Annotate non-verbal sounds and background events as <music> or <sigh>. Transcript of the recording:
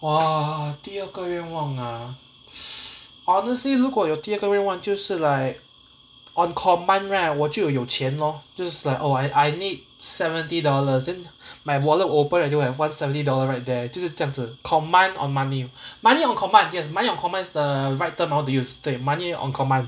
!wah! 第二个愿望 ah <noise> honestly 如果有第二个愿望就是 like on command right 我就有钱 lor 就是 oh like I need seventy dollars then my wallet open it will have one seventy dollar right there 就是这样子 command on money money on command yes money on command is the right term I want to use 对 money on command